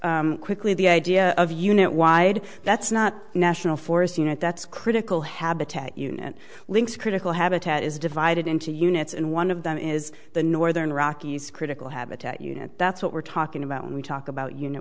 address quickly the idea of unit wide that's not national forest unit that's critical habitat unit links critical habitat is divided into units and one of them is the northern rockies critical habitat unit that's what we're talking about when we talk about unit